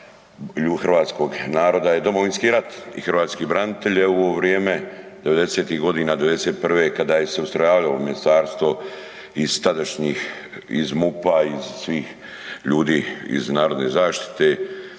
hrvatskog naroda je Domovinski rat i hrvatski branitelji evo u ovo vrijeme 90-ih godina, '91. kada se ustrojavalo ministarstvo iz tadašnjih, iz MUP-a, iz svih ljudi iz narodne zaštite,